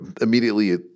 immediately